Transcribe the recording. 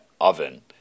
oven